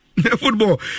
football